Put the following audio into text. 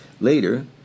Later